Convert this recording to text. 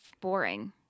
boring